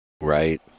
Right